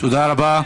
תודה רבה.